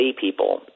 people